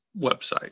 website